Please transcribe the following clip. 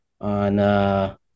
on